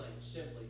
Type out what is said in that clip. simply